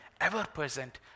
ever-present